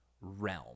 realm